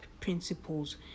principles